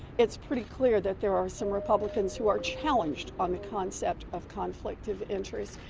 it's pretty clear that there are some republicans who are challenged on the concept of conflict of interest.